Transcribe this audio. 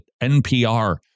NPR